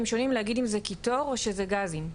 שונים להגיד אם זה קיטור או שזה גזים,